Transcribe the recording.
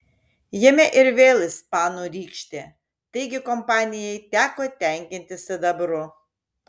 jame ir vėl ispanų rykštė taigi kompanijai teko tenkintis sidabru